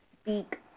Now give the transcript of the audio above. speak